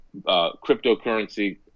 Cryptocurrency